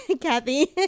Kathy